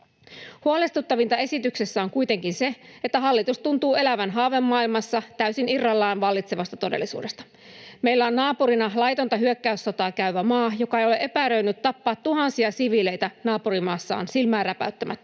Huolestuttavinta esityksessä on kuitenkin se, että hallitus tuntuu elävän haavemaailmassa täysin irrallaan vallitsevasta todellisuudesta. Meillä on naapurina laitonta hyökkäyssotaa käyvä maa, joka ei ole epäröinyt tappaa tuhansia siviileitä naapurimaassaan silmää räpäyttämättä,